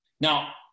Now